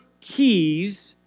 keys